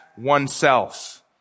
oneself